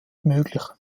möglich